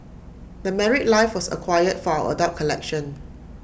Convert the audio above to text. the married life was acquired for our adult collection